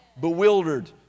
Bewildered